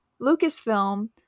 Lucasfilm